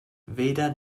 weder